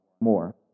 more